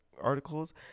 articles